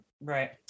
right